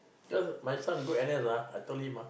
you know my son go N_S I told him